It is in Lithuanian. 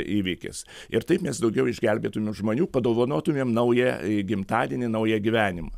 įvykis ir taip mes daugiau išgelbėtumėm žmonių padovanotumėm naują gimtadienį naują gyvenimą